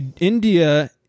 India